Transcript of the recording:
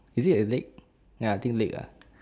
is it a lake ya I think lake ah